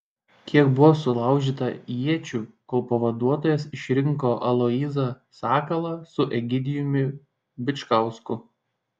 kiek buvo sulaužyta iečių kol pavaduotojas išrinko aloyzą sakalą su egidijumi bičkausku